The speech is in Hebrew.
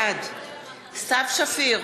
בעד סתיו שפיר,